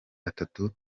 atatu